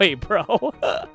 bro